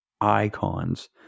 icons